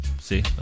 see